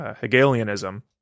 Hegelianism